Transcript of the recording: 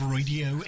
Radio